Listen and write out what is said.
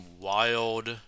wild